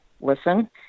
listen